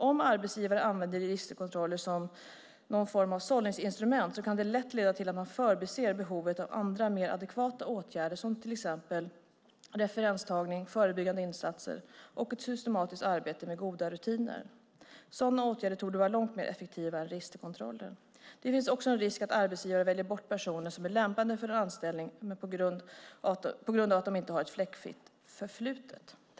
Om arbetsgivare använder registerkontroller som någon form av sållningsinstrument kan det lätt leda till att man förbiser behovet av andra mer adekvata åtgärder som till exempel referenstagning, förebyggande insatser och ett systematiskt arbete med goda rutiner. Sådana åtgärder torde vara långt mer effektiva än registerkontroller. Det finns också en risk att en arbetsgivare väljer bort personer som är lämpade för anställning på grund av att de inte har ett fläckfritt förflutet.